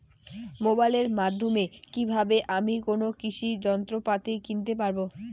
মোবাইলের মাধ্যমে কীভাবে আমি কোনো কৃষি যন্ত্রপাতি কিনতে পারবো?